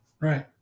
right